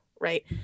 right